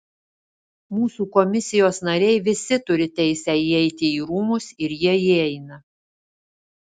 mūsų komisijos nariai visi turi teisę įeiti į rūmus ir jie įeina